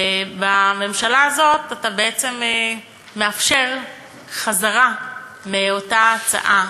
ובממשלה הזאת אתה בעצם מאפשר חזרה מאותה הצעה.